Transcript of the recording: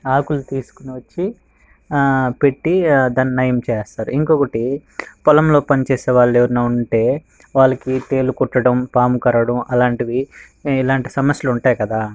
ఆకులు తీసుకొని వచ్చి ఆ పెట్టి దాన్ని నయం చేస్తాడు ఇంకొకటి పొలంలో పనిచేసేవాళ్ళు ఎవరైనా ఉంటే వాళ్ళకి తేలుకుట్టడం పాముకరవడం అలాంటివి ఇలాంటి సమస్యలు ఉంటాయి కదా